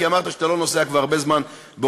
כי אמרת שאתה לא נוסע כבר הרבה זמן באוטובוסים,